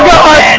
God